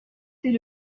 c’est